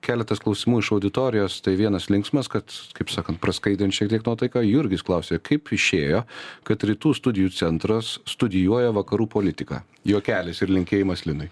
keletas klausimų iš auditorijos tai vienas linksmas kad kaip sakant praskaidrint šiek tiek nuotaiką jurgis klausė kaip išėjo kad rytų studijų centras studijuoja vakarų politiką juokelis ir linkėjimas linui